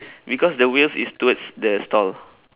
because the wheels is towards the stall